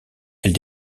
elle